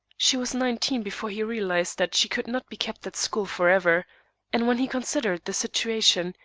she was nineteen before he realized that she could not be kept at school for ever and when he considered the situation,